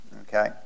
Okay